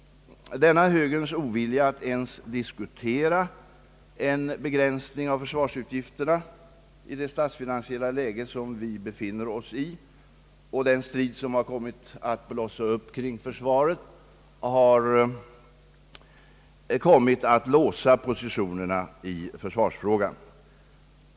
Denna högerns ovilja att ens diskutera en be gränsning av försvarsutgifterna i det statsfinansiella läge där vi befinner oss och den strid som har kommit att blossa upp kring försvaret har låst positionerna i försvarsfrågan.